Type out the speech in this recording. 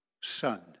son